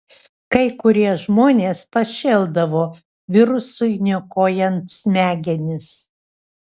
kai kurie žmonės pašėldavo virusui niokojant smegenis